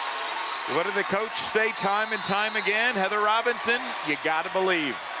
what did the coach say time and time again? heather robinson. you got to believe.